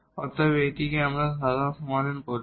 অতএব আমরা এটিকে একটি সাধারণ সমাধান বলি